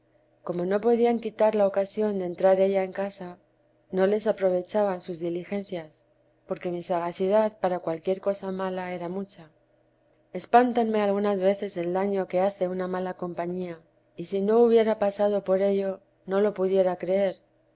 como no podían quitar la ocasión de entrar ella en casa no les aprovechaban sus diligencias porque mi sagacidad para cualquier cosa mala era mucha espántame algunas veces el daño que hace una mala compañía y si no hubiera pasado por ello no lo pudiera creer